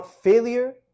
failure